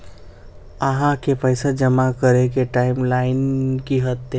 आहाँ के पैसा जमा करे ले टाइम लाइन की होते?